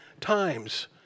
times